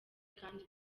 kandi